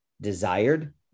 desired